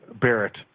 Barrett